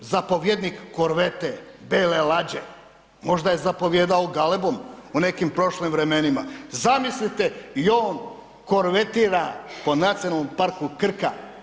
Zapovjednik korvete, bele lađe, možda je zapovijedao Galebom u nekim prošlim vremenima, zamislite i on korvetira po Nacionalnom parku Krka.